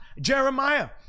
Jeremiah